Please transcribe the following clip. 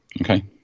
okay